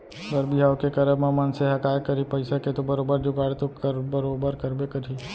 बर बिहाव के करब म मनसे ह काय करही पइसा के तो बरोबर जुगाड़ तो बरोबर करबे करही